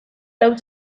lau